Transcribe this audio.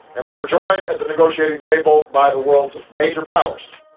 and we were joined at the negotiating table by the world's major powers.